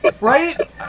Right